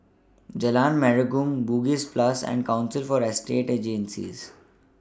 Jalan Menarong Bugis Plus and Council For Estate Agencies